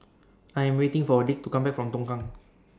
I Am waiting For Dick to Come Back from Tongkang